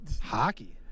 hockey